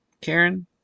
Karen